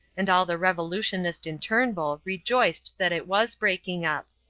and all the revolutionist in turnbull rejoiced that it was breaking up.